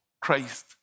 Christ